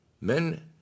Men